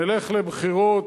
נלך לבחירות.